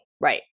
Right